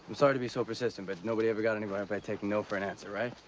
sorry to be so persistent, but nobody ever got anywhere by taking no for an answer right?